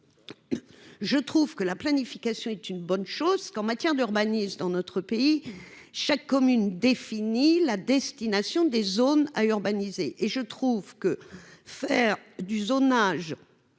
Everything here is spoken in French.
des Scot. La planification est une bonne chose. En matière d'urbanisme, dans notre pays, chaque commune définit la destination des zones à urbaniser. En matière d'éolien, faire du zonage